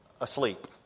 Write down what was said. asleep